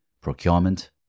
procurement